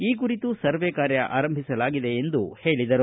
ಈ ಕುರಿತು ಸರ್ವೆ ಕಾರ್ಯ ಆರಂಭಿಸಲಾಗಿದೆ ಎಂದರು